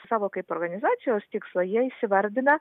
savo kaip organizacijos tikslą jie įsivardina